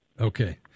Okay